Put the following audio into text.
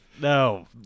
no